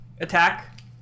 attack